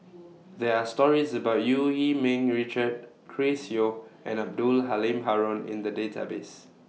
There Are stories about EU Yee Ming Richard Chris Yeo and Abdul Halim Haron in The Database